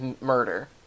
murder